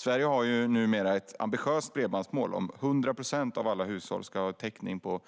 Sverige har numera ett ambitiöst bredbandsmål om att 100 procent av alla hushåll ska ha täckning på